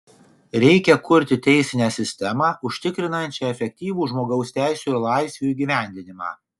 reikia kurti teisinę sistemą užtikrinančią efektyvų žmogaus teisių ir laisvių įgyvendinimą